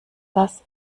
das